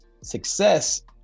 Success